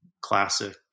classic